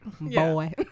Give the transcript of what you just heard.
boy